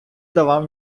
давав